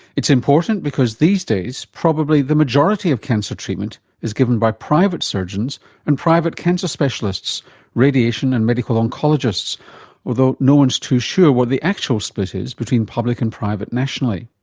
it's important because these days probably the majority of cancer treatment is given by private surgeons and private cancer specialists radiation and medical oncologists although no-one's too sure what the actual split is between public and private nationally.